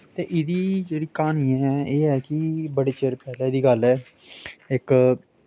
ते एह्दी जेह्ड़ी क्हानी ऐ एह् ऐ कि बड़े चिर पैह्लें दी गल्ल ऐ इक